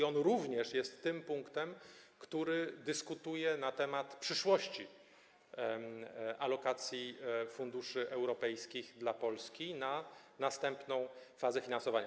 To również on jest osobą, która dyskutuje na temat przyszłości alokacji funduszy europejskich dla Polski na następną fazę finansowania.